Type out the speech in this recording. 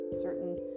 certain